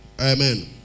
Amen